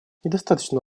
недостаточно